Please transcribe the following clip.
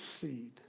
seed